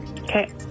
Okay